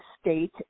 state